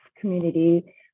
community